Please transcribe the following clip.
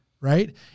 right